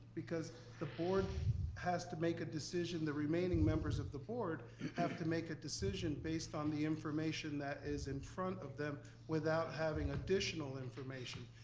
because the board has to make a decision. the remaining members of the board have to make a decision based on the information that is in front of them without having additional information.